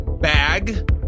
bag